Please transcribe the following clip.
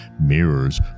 mirrors